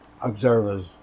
observers